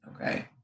Okay